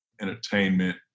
entertainment